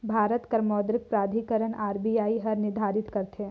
भारत कर मौद्रिक प्राधिकरन आर.बी.आई हर निरधारित करथे